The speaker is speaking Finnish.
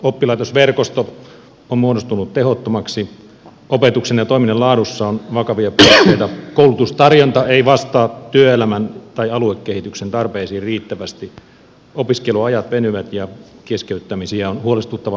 oppilaitosverkosto on muodostunut tehottomaksi opetuksen ja toiminnan laadussa on vakavia puutteita koulutustarjonta ei vastaa työelämän tai aluekehityksen tarpeisiin riittävästi opiskeluajat venyvät ja keskeyttämisiä on huolestuttava määrä